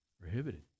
prohibited